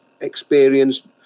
experienced